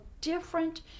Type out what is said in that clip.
different